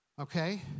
Okay